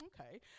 okay